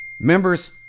members